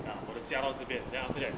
ah 我的家到这边 then after that